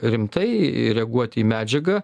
rimtai reaguoti į medžiagą